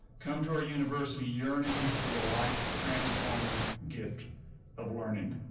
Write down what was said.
come to our university yearning for the life-transforming gift of learning.